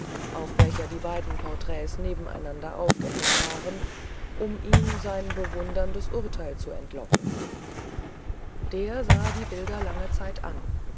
auf welcher die beiden portraits nebeneinander aufgehängt waren um ihm sein bewunderndes urteil zu entlocken der sah die bilder lange zeit an